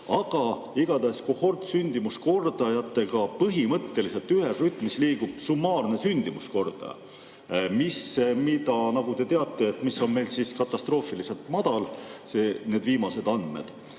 Igatahes kohortsündimuskordajatega põhimõtteliselt ühes rütmis liigub summaarne sündimuskordaja, mis, nagu te teate, on meil katastroofiliselt madal nende viimaste andmete